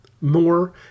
more